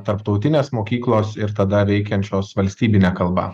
tarptautinės mokyklos ir tada veikiančios valstybine kalba